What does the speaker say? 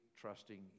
trusting